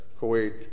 Kuwait